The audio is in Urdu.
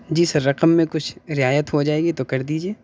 جی سر رقم میں کچھ رعایت ہو جائے گی تو کر دیجیے